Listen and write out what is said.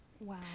Wow